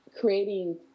creating